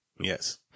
Yes